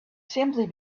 simply